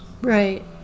Right